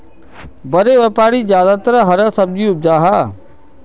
बड़े व्यापारी ज्यादातर हरा सब्जी उपजाहा